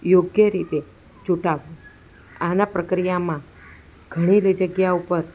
યોગ્ય રીતે ચૂંટાવવું આના પ્રકિયામાં ઘણી જગ્યા ઉપર